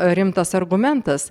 rimtas argumentas